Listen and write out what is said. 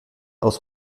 aus